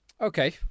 Okay